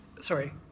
Sorry